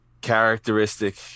characteristic